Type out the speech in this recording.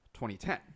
2010